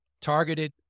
targeted